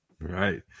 Right